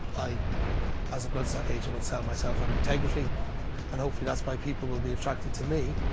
i as a bloodstock agent would sell myself on integrity and hopefully that's why people will be attracted to me,